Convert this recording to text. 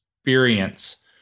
experience